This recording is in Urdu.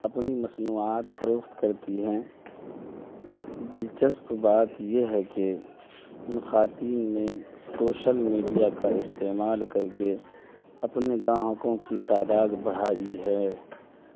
اپنی مصنوعات فروخت کرتی ہیں دلچسپ بات یہ ہے کہ ان خواتین نے سوشل میڈیا کا استعمال کر کے اپنے گاہکوں کی تعداد بڑھائی ہے